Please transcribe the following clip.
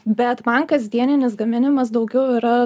bet man kasdieninis gaminimas daugiau yra